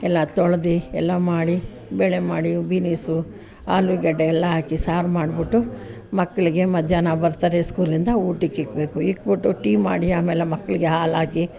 ಎಲ್ಲ ತೊಳ್ದು ಎಲ್ಲ ಮಾಡಿ ಬೇಳೆ ಮಾಡಿ ಬಿನಿಸು ಆಲೂಗಡ್ಡೆ ಎಲ್ಲ ಹಾಕಿ ಸಾರು ಮಾಡಿಬಿಟ್ಟು ಮಕ್ಕಳಿಗೆ ಮಧ್ಯಾಹ್ನ ಬರ್ತಾರೆ ಸ್ಕೂಲಿಂದ ಊಟಕ್ಕೆ ಇಕ್ಕಬೇಕು ಇಕ್ಕಿಬಿಟ್ಟು ಟೀ ಮಾಡಿ ಆಮೇಲೆ ಮಕ್ಕಳಿಗೆ ಹಾಲು ಹಾಕಿ